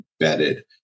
embedded